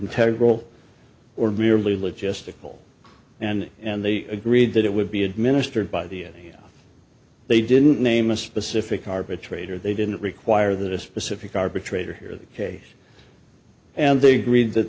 role or merely logistical and and they agreed that it would be administered by the end they didn't name a specific arbitrator they didn't require that a specific arbitrator hear the case and they agreed that